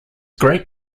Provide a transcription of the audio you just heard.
great